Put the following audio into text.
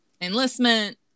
enlistment